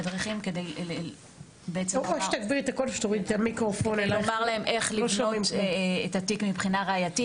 ביצענו תדריכים כדי לומר להם איך לבנות את התיק מבחינה ראייתית,